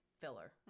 filler